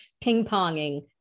ping-ponging